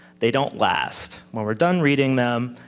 they don't last. when we're done reading them,